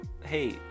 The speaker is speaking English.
Hey